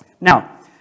Now